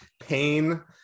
pain